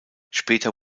später